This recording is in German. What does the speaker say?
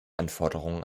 anforderungen